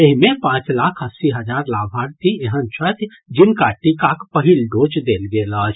एहि मे पांच लाख अस्सी हजार लाभार्थी एहन छथि जिनका टीकाक पहिल डोज देल गेल अछि